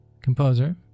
composer